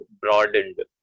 broadened